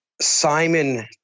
Simon